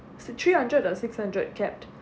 it's three hundred or six hundred kept